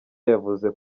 yavuze